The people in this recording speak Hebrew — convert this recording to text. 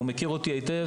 והוא מכיר אותי היטב.